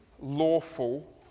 lawful